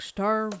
Star